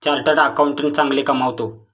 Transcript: chartered accountant चांगले कमावतो